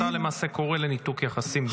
אתה למעשה קורא לניתוק היחסים הדיפלומטיים.